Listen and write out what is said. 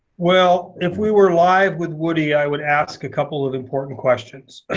well, if we were live with woody, i would ask a couple of important questions.